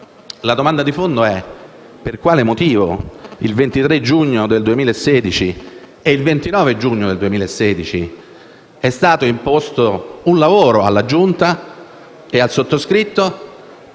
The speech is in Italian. la domanda di fondo è la seguente: per quale motivo il 23 giugno 2016 e il 29 giugno 2016 è stato imposto un lavoro alla Giunta e al sottoscritto